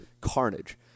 carnage